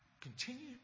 continue